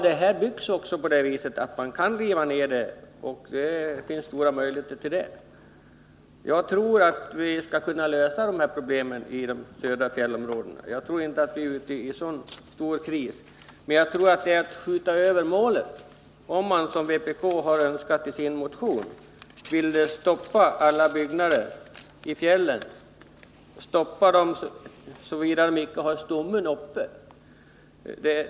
Det är sant att det byggs så att det finns stora möjligheter att riva. Jag tror att vi skall kunna lösa problemen i de södra fjällområdena och att vi inte befinner oss i en så stor kris. Men det är nog att skjuta över målet, om man, som vpk föreslår i motionen, vill stoppa allt byggande i fjällen, såvida inte stommen är uppe.